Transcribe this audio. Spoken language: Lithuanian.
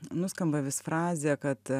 nuskamba vis frazė kad